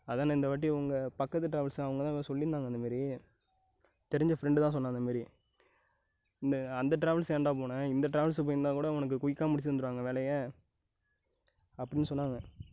அதாண்ணே இந்த வாட்டி உங்கள் பக்கத்து டிராவல்ஸு அவங்கதான் ஏதோ சொல்லியிருந்தாங்க அந்தமாரி தெரிஞ்ச ஃப்ரெண்டுதான் சொன்னான் அந்தமாரி இந்த அந்த டிராவலஸுக்கு ஏண்டா போனே இந்த டிராவல்ஸுக்கு போயிருந்தாக்கூட உனக்கு குயிக்கா முடிச்சு தந்துருவாங்க வேலையை அப்புடினு சொன்னாங்க